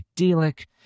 idyllic